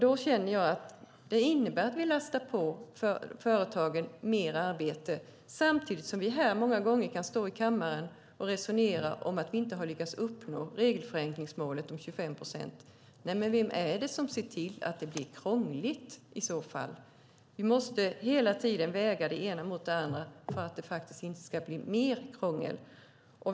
Då känner jag att det innebär att vi lastar på företagen mer arbete, samtidigt som vi många gånger kan stå här i kammaren och resonera om att vi inte har lyckats uppnå regelförenklingsmålet på 25 procent. Vem är det i så fall som ser till att det blir krångligt? Vi måste hela tiden väga det ena mot det andra för att det inte ska bli mer krångel.